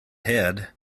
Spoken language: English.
head